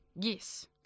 Yes